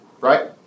right